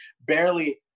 barely